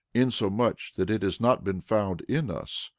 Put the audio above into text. insomuch that it has not been found in us,